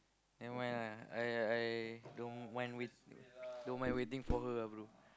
never mind lah I I don't mind wait don't mind waiting for her ah bro